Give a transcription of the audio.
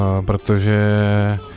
protože